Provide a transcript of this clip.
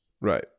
Right